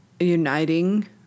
Uniting